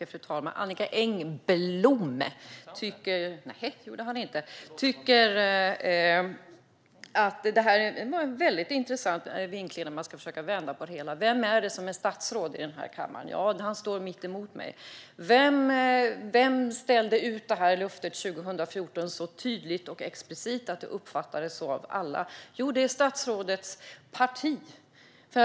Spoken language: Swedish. Fru talman! Jag tycker att det var en intressant vinkling att försöka vända på det hela. Vem är det som är statsråd i denna kammare? Han står mitt emot mig. Vem ställde ut detta löfte 2014, så tydligt och explicit att det uppfattades så av alla? Jo, det var statsrådets parti.